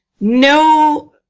no